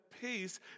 peace